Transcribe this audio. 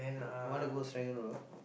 want to go Serangoon Road